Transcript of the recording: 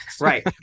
Right